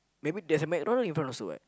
maybe there's a McDonald's in front also what